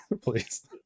please